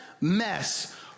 mess